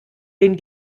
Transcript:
den